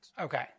Okay